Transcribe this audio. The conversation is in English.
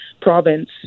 province